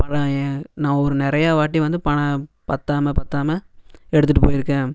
பண ஏன் நான் ஒரு நிறையா வாட்டி வந்து பணம் பத்தாமல் பத்தாமல் எடுத்துகிட்டு போயிருக்கேன்